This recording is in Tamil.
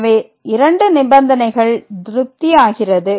எனவே 2 நிபந்தனைகள் திருப்தி ஆகிறது